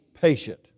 patient